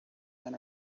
men